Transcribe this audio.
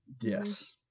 Yes